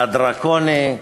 הדרקוני,